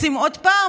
רוצים עוד פער?